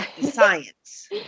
science